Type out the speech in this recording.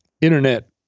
internet